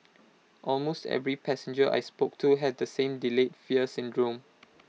almost every passenger I spoke to had the same delayed fear syndrome